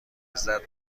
لذت